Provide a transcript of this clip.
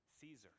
Caesar